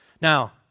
Now